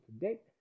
today